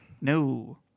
No